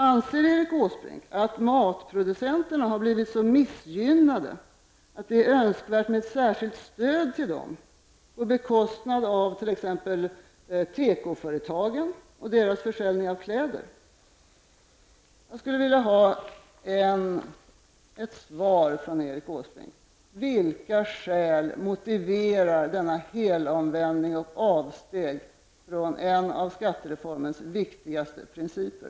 Anser Erik Åsbrink att matproducenterna blivit så missgynnade att det är önskvärt med ett särskilt stöd till dem, på bekostnad av t.ex. teko-företagen och deras försäljning av kläder? Jag skulle vilja ha ett svar från Erik Åsbrink på frågan: Vilka skäl motiverar denna helomvändning och dessa avsteg från en av skattereformens viktigaste principer?